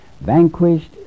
vanquished